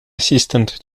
assistant